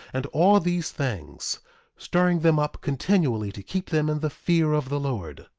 and all these things stirring them up continually to keep them in the fear of the lord.